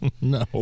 no